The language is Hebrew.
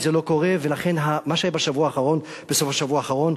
זה לא קורה, ולכן מה שהיה בסוף השבוע האחרון.